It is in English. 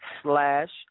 slash